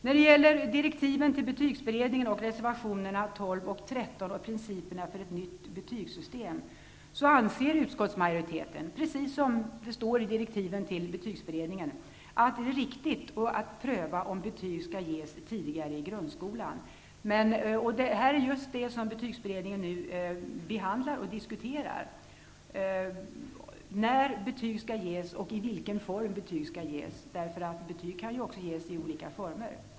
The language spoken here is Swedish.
När det gäller direktiven till betygsberedningen, principerna för ett nytt betygssystem och reservationerna 12 och 13 anser utskottsmajoriteten -- precis som det står i direktiven till betygsberedningen -- att det är riktigt att pröva om betyg kan ges tidigare i grundskolan. Det är just detta som betygsberedningen behandlar och diskuterar, när betyg skall ges och i vilken form betyg skall ges, för betyg kan ju ges i olika former.